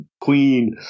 Queen